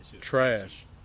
trash